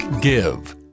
Give